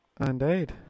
Indeed